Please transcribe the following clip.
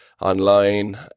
online